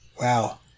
Wow